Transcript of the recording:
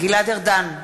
גלעד ארדן,